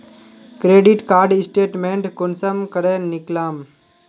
Credit card statement कुंसम करे निकलाम?